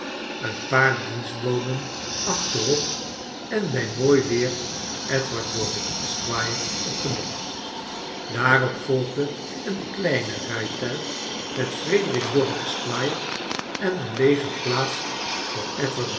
een paar dienstboden achterop en bij mooi weer edward dorrit esquire op den bok daarop volgde een kleiner rijtuig met erederik dorrit esquire en een leege plaats voor